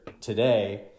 today